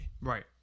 Right